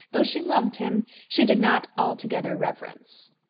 though she loved him, she did not altogether reverence.